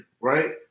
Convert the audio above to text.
Right